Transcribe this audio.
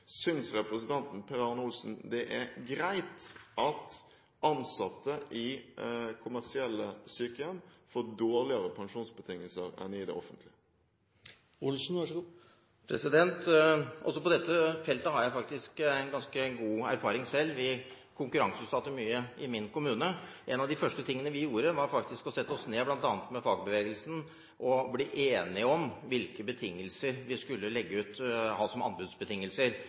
Synes representanten Per Arne Olsen det er greit at ansatte i kommersielle sykehjem får dårligere pensjonsbetingelser enn i det offentlige? Også på dette feltet har jeg faktisk ganske god erfaring selv. Vi konkurranseutsatte mye i min kommune. En av de første tingene vi gjorde, var faktisk å sette oss ned bl.a. med fagbevegelsen og bli enige om hvilke anbudsbetingelser vi skulle ha. Fagbevegelsen var fortsatt uenig i at vi skulle legge ut